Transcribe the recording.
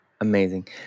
Amazing